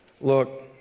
Look